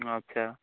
ଆଚ୍ଛା